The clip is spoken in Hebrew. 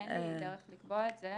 אין לי דרך לקבוע את זה.